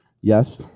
Yes